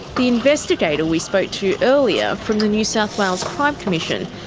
the investigator we spoke to earlier from the new south wales crime commission,